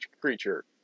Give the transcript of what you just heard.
creature